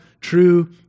true